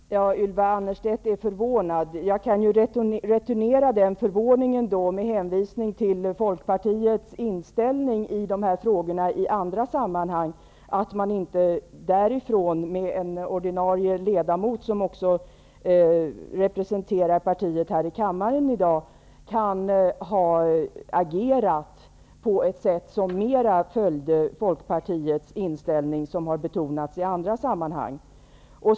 Herr talman! Ylva Annerstedt är förvånad. Jag kan returnera med att uttrycka min förvåning över att Folkpartiets representant i denna fråga, som också är en ordinarie ledamot i utskottet, inte har agerat på ett sätt som mera följde den inställning som Folkpartiet har betonat i andra sammanhang.